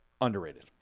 underrated